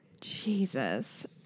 Jesus